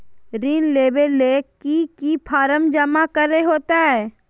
ऋण लेबे ले की की फॉर्म जमा करे होते?